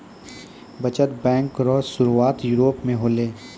बचत बैंक रो सुरुआत यूरोप मे होलै